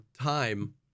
time